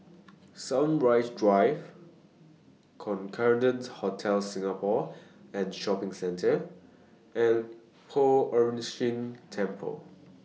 Sunrise Drive Concorde Hotel Singapore and Shopping Centre and Poh Ern Shih Temple